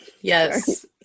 yes